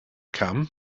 come